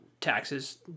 taxes